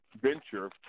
venture